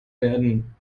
werden